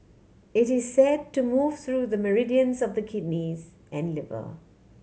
it is said to move through the meridians of the kidneys and liver